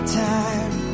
time